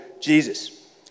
Jesus